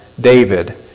David